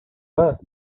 her